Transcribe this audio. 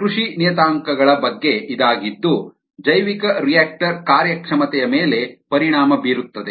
ಕೃಷಿ ನಿಯತಾಂಕಗಳ ಬಗ್ಗೆ ಇದಾಗಿದ್ದು ಜೈವಿಕರಿಯಾಕ್ಟರ್ ಕಾರ್ಯಕ್ಷಮತೆಯ ಮೇಲೆ ಪರಿಣಾಮ ಬೀರುತ್ತದೆ